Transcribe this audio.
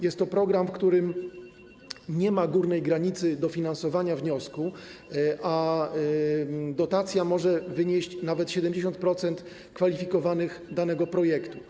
Jest to program, w którego przypadku nie ma górnej granicy dofinansowania wniosku, a dotacja może wynieść nawet 70% kwalifikowanych kosztów danego projektu.